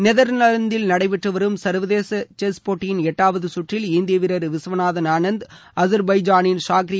நெதர்லாந்தில் நடைபெற்று வரும் சர்வதேச செஸ் போட்டியின் எட்டாவது கற்றில் இந்திய வீரர் விஸ்வநாதன் ஆனந்த் அஸர்பைஜானின் ஷாக்ரியாரை வென்றார்